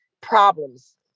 problems